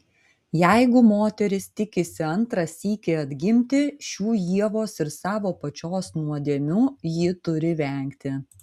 jeigu moteris tikisi antrą sykį atgimti šių ievos ir savo pačios nuodėmių ji turi vengti